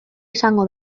izango